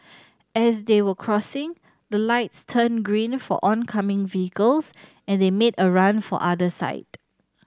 as they were crossing the lights turned green for oncoming vehicles and they made a run for other side